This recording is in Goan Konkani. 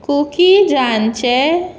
कुकीजांचे